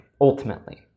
ultimately